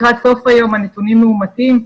לקראת סוף היום את הנתונים מאומתים.